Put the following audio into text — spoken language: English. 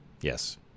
Yes